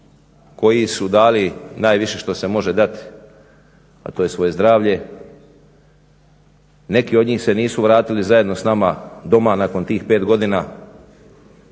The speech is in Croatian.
koji su dali najviše što se može dat, a to je svoje zdravlje. Neki od njih se nisu vratili zajedno s nama doma nakon tih 5 godina.